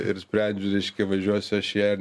ir sprendžiu reiškia važiuosiu aš į ją ar